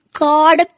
god